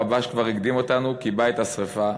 הרב"ש כבר הקדים אותנו וכיבה את השרפה.